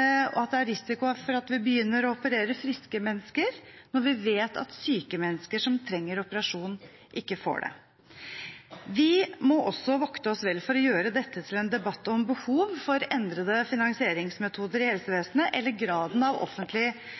er risikoen for at vi begynner å operere friske mennesker, når vi vet at syke mennesker som trenger operasjon, ikke får det. Vi må også vokte oss vel for å gjøre dette til en debatt om behov for endrede finansieringsmetoder i helsevesenet, eller om graden av